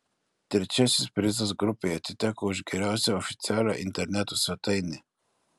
trečiasis prizas grupei atiteko už geriausią oficialią interneto svetainę